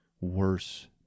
worse